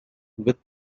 with